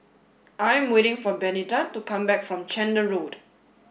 I am waiting for Benita to come back from Chander Road